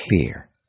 clear